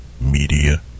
Media